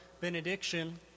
benediction